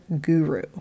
guru